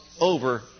over